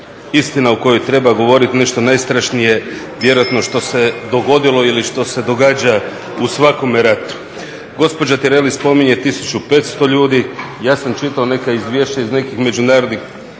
istina o kojoj treba govoriti, nešto najstrašnije vjerojatno što se dogodilo ili što se događa u svakome ratu. Gospođa Tireli spominje 1500 ljudi. Ja sam čitao neka izvješća iz nekih međunarodnih